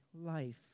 life